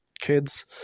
kids